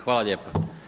Hvala lijepo.